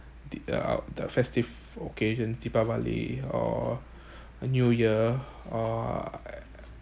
the uh the festive occasions deepavali or uh new year or